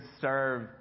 serve